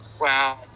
wow